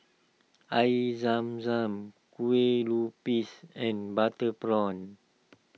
Air Zam Zam Kueh Lupis and Butter Prawn